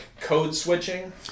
code-switching